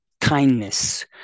kindness